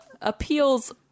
appeals